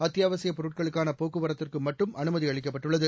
அத்தியாவசியப் பொருட்களுக்கான போக்குவரத்துக்கு மட்டும் அனுமதி அளிக்கப்பட்டுள்ளது